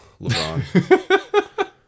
LeBron